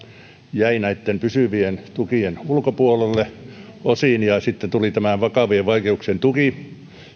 jäi näitten pysyvien tukien ulkopuolelle osin sitten tuli tämä vakavien vaikeuksien tuki